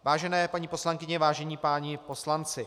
Vážené paní poslankyně, vážení páni poslanci.